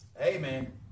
Amen